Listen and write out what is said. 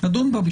נדון בה.